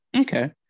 okay